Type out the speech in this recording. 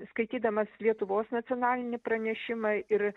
skaitydamas lietuvos nacionalinį pranešimą ir